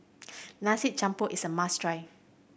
Nasi Campur is a must try